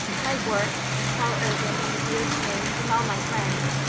my work, and paul irving, and the dear twins, and all my friends.